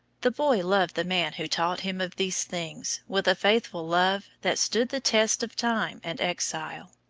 the boy loved the man who taught him of these things with a faithful love that stood the tests of time and exile.